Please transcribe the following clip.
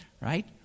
Right